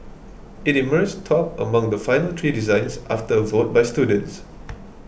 it emerged top among the final three designs after a vote by students